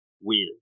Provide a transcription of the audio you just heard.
Weird